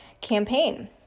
campaign